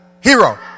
Hero